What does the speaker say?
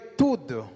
tudo